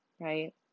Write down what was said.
right